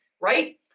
right